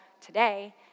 today